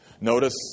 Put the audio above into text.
Notice